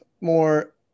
more